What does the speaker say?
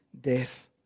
death